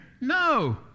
No